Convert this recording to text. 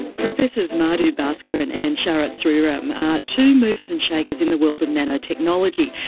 professors madhu bhaskaran and sharath sriam are two movers and shakers in the world of nanotechnology,